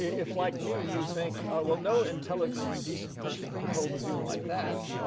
if like me you think, well, no intelligent and decent person could hold a view like that,